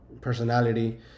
personality